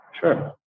Sure